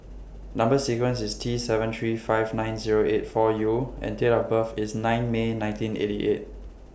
Number sequence IS T seven three five nine Zero eight four U and Date of birth IS nine May nineteen eighty eight